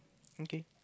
okay